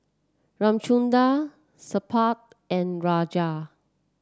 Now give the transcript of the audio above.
Ramchundra Suppiah and Rajat